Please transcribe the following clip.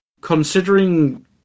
considering